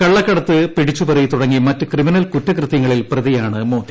കള്ളക്കടത്ത് പിടിച്ചുപറി തുടങ്ങി മറ്റ് ക്രിമിനൽ കുറ്റകൃത്യങ്ങളിൽ പ്രതിയാണ് മോത്തി